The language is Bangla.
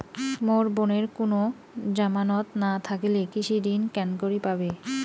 মোর বোনের কুনো জামানত না থাকিলে কৃষি ঋণ কেঙকরি পাবে?